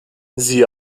siehe